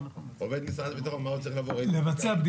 עובד משרד הביטחון, מה הוא צריך לעבור בדיקה?